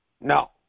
no